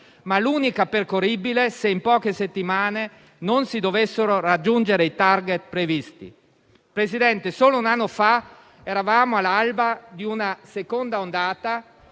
ma l'unica percorribile se in poche settimane non si dovessero raggiungere i *target* previsti. Presidente, solo un anno fa eravamo all'alba di una seconda ondata